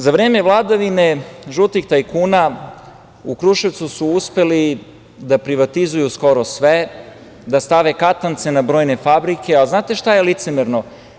Za vreme vladavine žutih tajkuna u Kruševcu su uspeli da privatizuju skoro sve, da stave katance na brojne fabrike, a znate šta je licemerno?